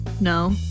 No